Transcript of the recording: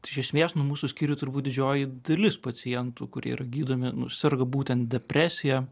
tai iš esmės nu mūsų skyriuj turbūt didžioji dalis pacientų kurie yra gydomi nu serga būtent depresija